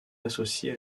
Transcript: associé